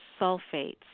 sulfates